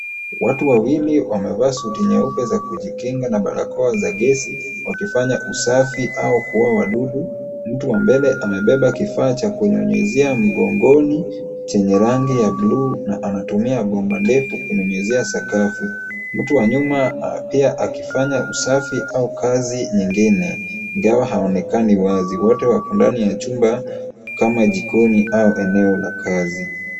Watu wawili wamevaa suti nyeupe za kujikinga na barakoa za gesi wakifanya usafi au kuua wadudu. Mtu wa mbele amebeba kifaa cha kunyunyizia mgongoni chenye rangi ya bluu na anatumia bomba ndefu kunyunyuzia sakafu. Mtu wa nyuma pia akifanya usafi au kazi nyingine, ingawa haonekani wazi. Wote wako ndani ya chumba kama jikoni au eneo la kazi.